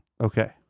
Okay